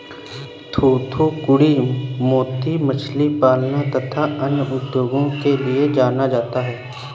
थूथूकुड़ी मोती मछली पालन तथा अन्य उद्योगों के लिए जाना जाता है